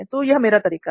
तो मेरा यह तरीका है